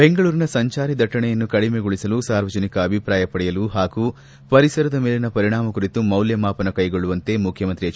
ಬೆಂಗಳೂರಿನ ಸಂಚಾರಿ ದಟ್ಷಣೆಯನ್ನು ಕಡಿಮೆಗೊಳಿಸಲು ಸಾರ್ವಜನಿಕ ಅಭಿಪ್ರಾಯ ಪಡೆಯಲು ಹಾಗೂ ಪರಿಸರದ ಮೇಲಿನ ಪರಿಣಾಮ ಕುರಿತು ಮೌಲ್ಯಮಾಪನ ಕೈಗೊಳ್ಳುವಂತೆ ಮುಖ್ಯಮಂತ್ರಿ ಎಚ್